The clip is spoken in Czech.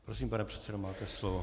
Prosím, pane předsedo, máte slovo.